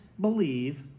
believe